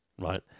right